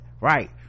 right